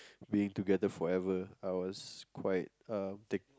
being together forever I was quite um taken